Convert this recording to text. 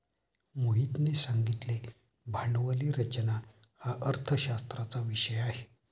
मोहितने सांगितले भांडवली रचना हा अर्थशास्त्राचा विषय आहे